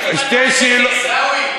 עיסאווי,